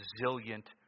resilient